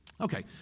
Okay